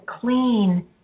clean